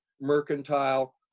mercantile